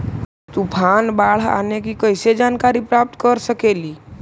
तूफान, बाढ़ आने की कैसे जानकारी प्राप्त कर सकेली?